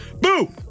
boo